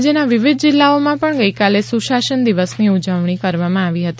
રાજ્યના વિવિધ જિલ્લાઓમાં પણ ગઇકાલે સુશાસન દિવસની ઉજવણી કરવામાં આવી હતી